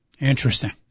Interesting